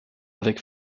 avec